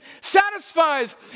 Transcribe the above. satisfies